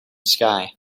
sky